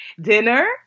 Dinner